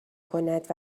کند